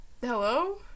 Hello